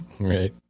Right